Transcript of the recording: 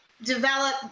Develop